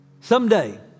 Someday